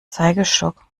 zeigestock